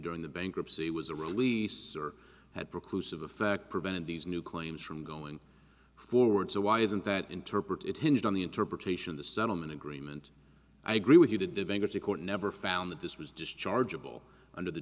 during the bankruptcy was a relief sir had broke loose of the fact prevented these new claims from going forward so why isn't that interpret it hinged on the interpretation of the settlement agreement i agree with you did the bankruptcy court never found that this was dischargeable under the